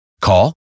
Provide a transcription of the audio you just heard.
Call